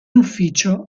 ufficio